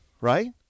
right